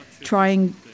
trying